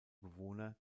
bewohner